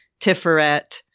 Tiferet